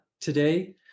today